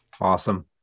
Awesome